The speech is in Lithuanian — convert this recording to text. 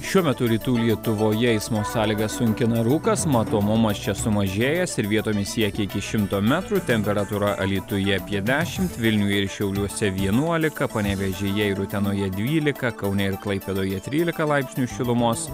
šiuo metu rytų lietuvoje eismo sąlygas sunkina rūkas matomumas čia sumažėjęs ir vietomis siekia iki šimto metrų temperatūra alytuje apie dešimt vilniuje ir šiauliuose vienuolika panevėžyje ir utenoje dvylika kaune ir klaipėdoje trylika laipsnių šilumos